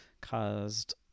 caused